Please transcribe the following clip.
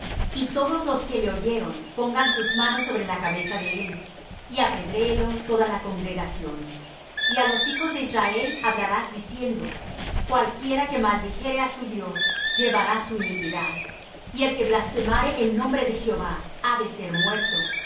y todos los que le oyeron pongan sus manos sobre la cabeza de él y apedréelo toda la congregación y á los hijos de israel hablarás diciendo cualquiera que maldijere á su dios llevará su iniquidad y el que blasfemare el nombre de jehová ha de ser muerto